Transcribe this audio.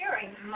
sharing